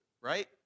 right